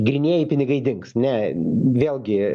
grynieji pinigai dings ne vėlgi